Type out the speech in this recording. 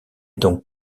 donc